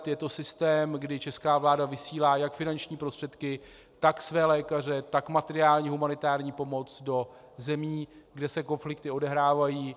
Je to systém, kdy česká vláda vysílá jak finanční prostředky, tak své lékaře, tak materiální humanitární pomoc do zemí, kde se konflikty odehrávají.